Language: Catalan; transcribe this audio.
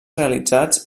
realitzats